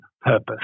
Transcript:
purpose